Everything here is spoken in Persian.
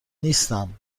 نیستم